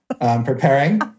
preparing